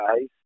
guys